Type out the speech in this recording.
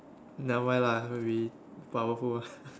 never mind lah we powerful ah